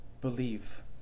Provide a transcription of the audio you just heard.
believe